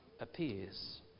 appears